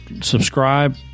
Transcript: subscribe